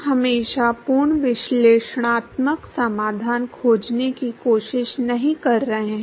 हम हमेशा पूर्ण विश्लेषणात्मक समाधान खोजने की कोशिश नहीं कर रहे हैं